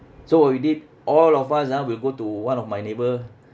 so what we did all of us ah will go to one of my neighbour